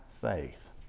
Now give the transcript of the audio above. faith